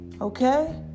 Okay